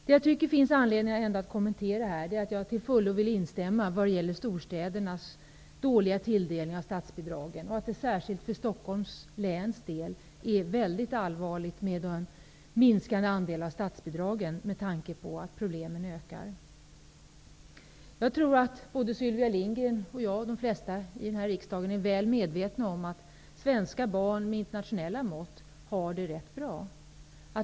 Det jag tycker att det finns anledning att kommentera och det jag till fullo instämmer i är att storstäderna får dålig tilldelning av statsbidrag. Särskilt för Stockholms läns del är en minskad andel av statsbidragen mycket allvarligt med tanke på att problemen ökar. Jag tror att både Sylvia Lindgren och jag, och de flesta i den här riksdagen, är väl medvetna om att svenska barn, med internationella mått, har det rätt bra.